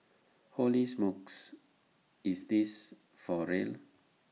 holy smokes is this for real